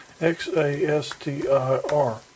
X-A-S-T-I-R